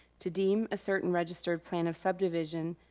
to deem a certain register plan of subdivision,